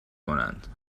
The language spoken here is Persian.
کنند